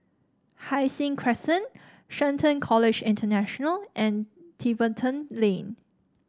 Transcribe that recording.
Hai Sing Crescent Shelton College International and Tiverton Lane